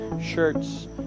shirts